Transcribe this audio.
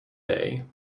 day